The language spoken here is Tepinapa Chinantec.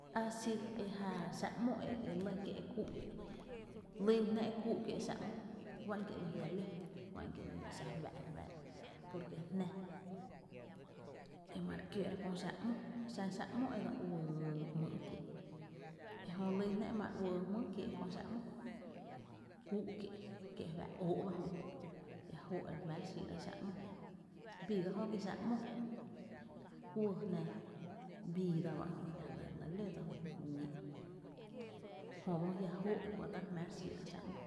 Á xí jää xáá’ ‘mo e lɇ kié’ e kúú’ kié’, lýn jná e kúú’ kié’ juá’n kie ‘nǿ jia’ ló juá’n kie’ ‘nǿ a e xa fá’ re fáá’ra porque jna e ma re kiöö’ra köö xáá’ ‘mó, xá xáá’ ‘mo e dse uɇɇ jmýy’ kiee’ e jö lýn jná e ma re uɇɇ jmýy’ kiee’ köö xáá’ ‘mo kuuu’ kié’, kie’ e fá’ óó’ ba ejö kö’ jia jóó’ e re jmá’ re xíí’ra xáá’ ‘mo bii ga jö ki xáá’’ ‘mo kuɇɇ jná vida ba ejö la nɇ re lɇ ló dsa ju ñíi’ jö ba jia’ joo’ ta kuanta re jmⱥⱥ’ re xíi’ra xáá’ ‘mo.